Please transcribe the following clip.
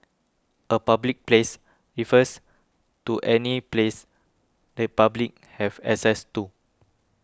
a public place refers to any place the public have access to